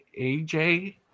AJ